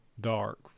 dark